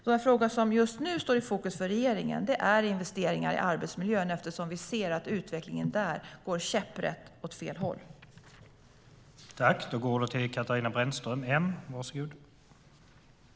De frågor som just nu står i fokus för regeringen gäller investeringar i arbetsmiljön, eftersom vi ser att utvecklingen där går käpprätt åt fel håll.